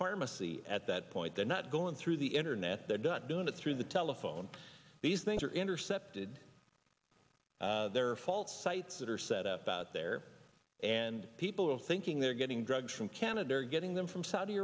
pharmacy at that point they're not going through the internet they're not doing it through the telephone these things are interest cep did their fault sites that are set up out there and people are thinking they're getting drugs from canada or getting them from saudi